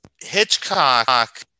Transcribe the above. Hitchcock